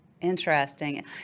Interesting